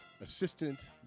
assistant